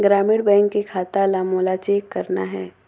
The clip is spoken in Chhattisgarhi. ग्रामीण बैंक के खाता ला मोला चेक करना हे?